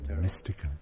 mystical